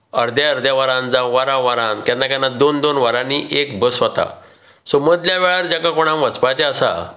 अर्दे अर्दे वरान जावं वरा वरान केन्ना केन्ना दोन दोन वरांनी एक बस वता सो मदल्या वेळार जांकां कोणाक वचपाचें आसा